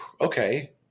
Okay